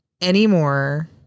anymore